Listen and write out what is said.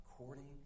according